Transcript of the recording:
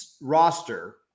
roster